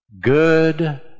Good